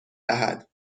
دهد